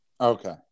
okay